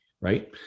right